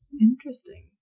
Interesting